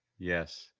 Yes